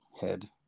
head